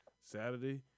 Saturday